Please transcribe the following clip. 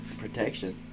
protection